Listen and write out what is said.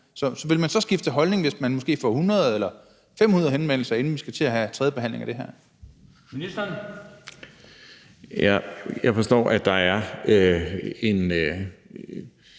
Vil man så skifte holdning, hvis man måske får 100 eller 500 henvendelser, inden vi skal til at have tredje behandling af det her? Kl. 14:15 Den fg. formand (Bent